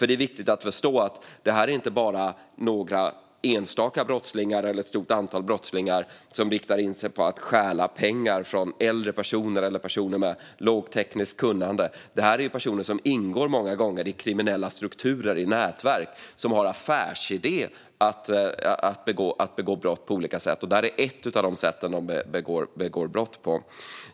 Det är viktigt att förstå att detta inte bara handlar om brottslingar som riktar in sig på att stjäla pengar från äldre personer eller personer med lågt tekniskt kunnande, utan många gånger är det brottslingar som ingår i kriminella strukturer eller nätverk som har som affärsidé att begå brott på olika sätt. Detta är ett av de sätt som de begår brott på.